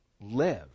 live